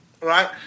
right